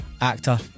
actor